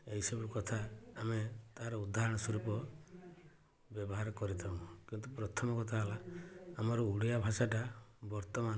ଏହିସବୁ କଥା ଆମେ ତାର ଉଦାହରଣ ସ୍ୱରୂପ ବ୍ୟବହାର କରିଥାଉ କିନ୍ତୁ ପ୍ରଥମ କଥା ହେଲା ଆମର ଓଡ଼ିଆ ଭାଷାଟା ବର୍ତ୍ତମାନ